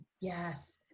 Yes